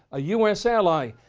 a u s. ally,